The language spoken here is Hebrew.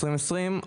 ב-2020,